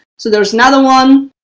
so there's another one.